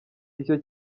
icyo